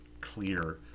clear